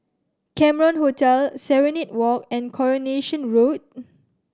Cameron Hotel Serenade Walk and Coronation Road